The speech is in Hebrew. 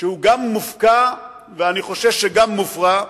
שהוא גם מופקע, ואני חושש שגם מופרע,